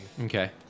Okay